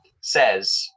says